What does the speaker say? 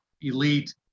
elite